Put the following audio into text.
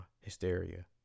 hysteria